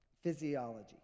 physiology